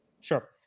Sure